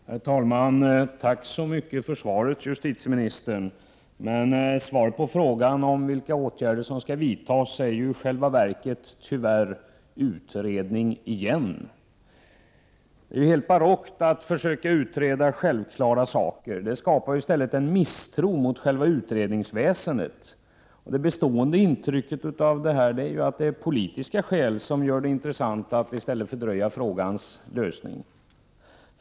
Herr talman! Tack så mycket för svaret, justitieministern! Men svaret på 16 mars 1989 frågan om vilka åtgärder som skall vidtas säger i själva verket, tyvärr: Utredning igen. Det är helt barockt att försöka utreda självklara saker. Det skapar i stället en misstro mot själva utredningsväsendet. Det bestående intrycket av det här är ju att det är politiska skäl som gör det intressant att fördröja frågans lösning.